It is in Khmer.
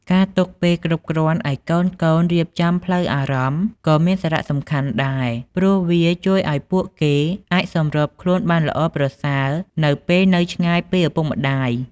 ការទុកពេលគ្រប់គ្រាន់ឱ្យកូនៗរៀបចំផ្លូវអារម្មណ៍ក៏មានសារៈសំខាន់ដែរ ព្រោះវាជួយឲ្យពួកគេអាចសម្របខ្លួនបានល្អប្រសើរនៅពេលនៅឆ្ងាយពីឪពុកម្តាយ។